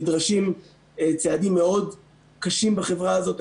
נדרשים צעדים מאוד קשים בחברה הזאת.